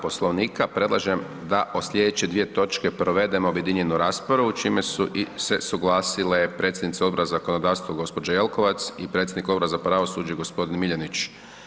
Poslovnika predlažem da o slijedeće dvije točke provedemo objedinjenu raspravu čime su i se suglasile predsjednice Odbora za zakonodavstvo gđa. Jelkovac i predsjednik Odbora za pravosuđe g. Miljanić.